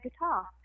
guitar